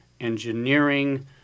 engineering